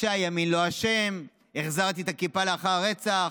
שהימין לא אשם, "החזרתי את הכיפה לאחר הרצח".